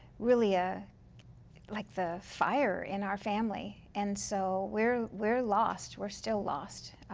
really a like the fire in our family. and so we're we're lost. we're still lost.